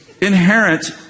inherent